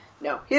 no